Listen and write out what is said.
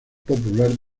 popular